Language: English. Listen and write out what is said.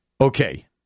Okay